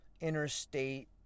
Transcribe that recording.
interstate